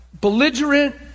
belligerent